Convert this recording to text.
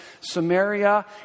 Samaria